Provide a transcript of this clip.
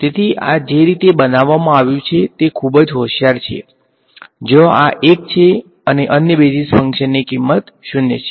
તેથી આ જે રીતે બનાવવામા આવ્યું છે તે ખૂબ જ હોંશિયાર છે જ્યાં આ 1 છે અન્ય બેઝિસ ફંક્શનની કિંમત 0 છે